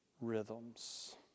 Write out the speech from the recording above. rhythms